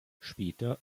später